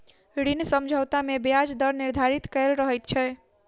ऋण समझौता मे ब्याज दर निर्धारित कयल रहैत छै